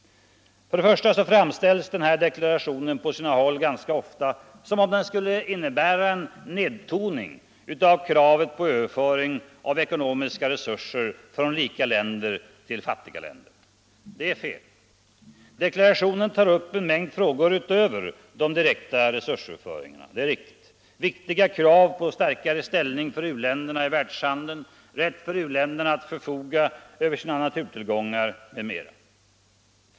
För det första framställs den här deklarationen på sina håll ganska ofta som om den skulle innebära en nedtoning av kravet på överföring av ekonomiska resurser från rika länder till fattiga länder. Det är fel. Deklarationen tar upp en mängd frågor utöver de direkta resursöverföringarna — det är riktigt — viktiga krav på en starkare ställning för u-länderna i världshandeln, rätt för u-länderna att förfoga över sina naturtillgångar m.m.